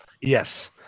Yes